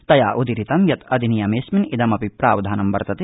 तयोदीरितं यत् अधिनियमेऽस्मिन् ब्रेमपि प्रावधानं वर्तते